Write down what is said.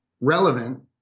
relevant